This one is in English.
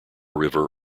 river